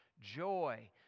joy